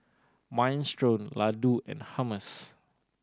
Minestrone Ladoo and Hummus